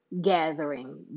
gathering